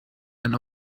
and